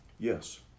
Yes